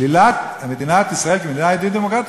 שלילת מדינת ישראל כמדינה יהודית דמוקרטית